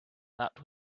that